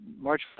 March